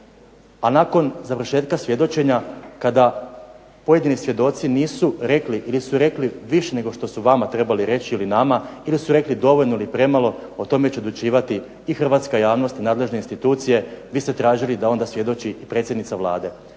A nakon završetka svjedočenja kada pojedini svjedoci nisu rekli ili su rekli više nego što su vama trebali reći ili nama ili su rekli dovoljno ili premalo, o tome će odlučivati i hrvatska javnost i nadležne institucije. Vi ste tražili da onda svjedoči i predsjednica Vlade,